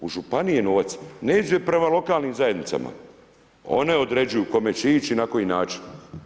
U županiji je novac, ne ide prema lokalnim zajednicama, one određuju kome će ići i na koji način.